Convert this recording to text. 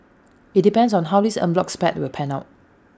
IT depends on how this en bloc spate will pan out